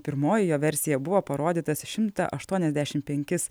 pirmoji jo versija buvo parodytas šimtą aštuoniasdešim penkis